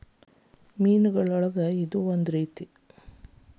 ಮೇನುಗಳಲ್ಲಿ ಇದು ಒಂದ ವಿಧಾ